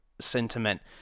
sentiment